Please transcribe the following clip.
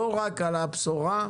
לא רק על הבשורה.